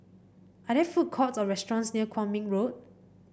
are there food courts or restaurants near Kwong Min Road